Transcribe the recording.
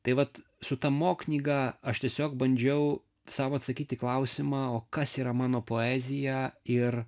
tai vat su ta mo knyga aš tiesiog bandžiau sau atsakyti į klausimą o kas yra mano poeziją ir